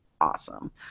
awesome